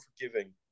forgiving